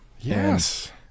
Yes